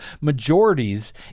majorities